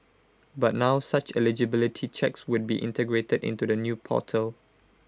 but now such eligibility checks would be integrated into the new portal